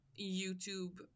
YouTube